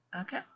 Okay